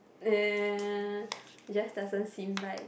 uh just doesn't seem like